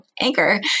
Anchor